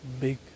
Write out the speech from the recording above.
big